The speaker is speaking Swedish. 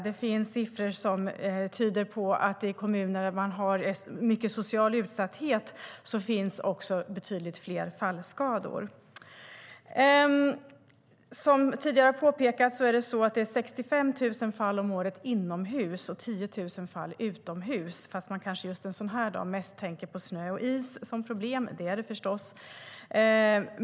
Det finns siffror som tyder på att i kommuner där man har mycket social utsatthet finns också betydligt fler fallskador. Som tidigare har påpekats är det 65 000 fall om året inomhus och 10 000 fall utomhus. En sådan här dag kanske man mest tänker på snö och is som problem, och det är det förstås.